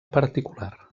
particular